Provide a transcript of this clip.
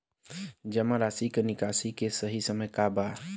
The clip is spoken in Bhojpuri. जमा राशि क निकासी के सही समय का ह?